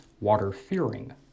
water-fearing